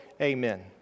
Amen